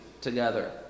together